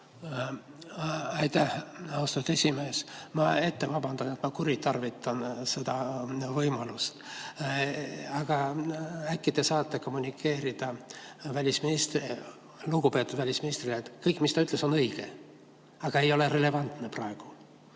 Aitäh, austatud esimees! Ma vabandan ette, et ma kuritarvitan seda võimalust. Aga äkki te saate kommunikeerida lugupeetud välisministrile, et kõik, mis ta ütles, on õige, aga ei ole relevantne praegu?